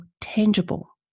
tangible